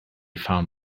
found